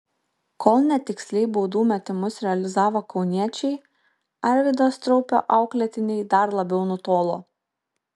kol netiksliai baudų metimus realizavo kauniečiai arvydo straupio auklėtiniai dar labiau nutolo